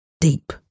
deep